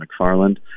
mcfarland